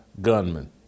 gunman